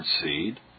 seed